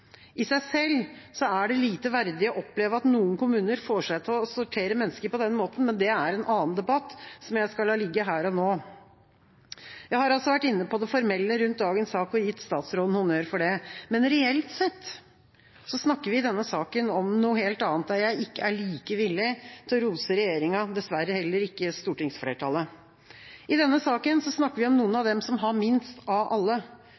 I seg selv er det lite verdig å oppleve at noen kommuner får seg til å sortere mennesker på denne måten, men det er en annen debatt, som jeg skal la ligge her og nå. Jeg har vært inne på det formelle rundt dagens sak og gitt statsråden honnør for det. Men reelt sett snakker vi i denne saken om noe helt annet, der jeg ikke er like villig til å rose regjeringa, dessverre heller ikke stortingsflertallet. I denne saken snakker vi om noen av dem som har minst av alle.